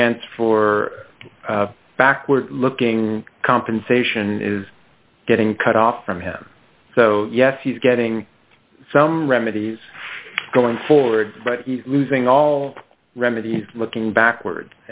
chance for backward looking compensation is getting cut off from him so yes he's getting some remedies going forward but he's losing all remedy looking backward